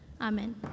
Amen